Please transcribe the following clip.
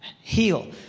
heal